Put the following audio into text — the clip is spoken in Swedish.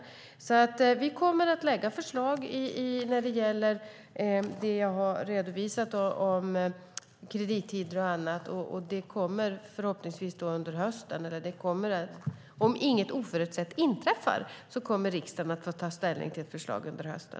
Under hösten kommer vi förhoppningsvis att lägga fram förslag när det gäller det jag har redovisat om kredittider och annat, och om inget oförutsett inträffar kommer riksdagen också att få ta ställning till ett förslag under hösten.